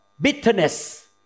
bitterness